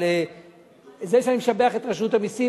אבל זה שאני משבח את רשות המסים,